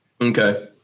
Okay